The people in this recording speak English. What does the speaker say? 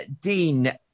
Dean